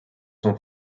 son